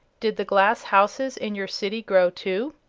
did the glass houses in your city grow, too?